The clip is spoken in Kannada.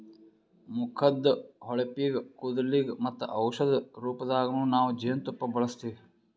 ಮುಖದ್ದ್ ಹೊಳಪಿಗ್, ಕೂದಲಿಗ್ ಮತ್ತ್ ಔಷಧಿ ರೂಪದಾಗನ್ನು ನಾವ್ ಜೇನ್ತುಪ್ಪ ಬಳಸ್ತೀವಿ